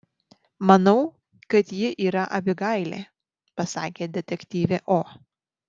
manau kad ji yra abigailė pasakė detektyvė o